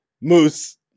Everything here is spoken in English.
Moose